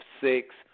six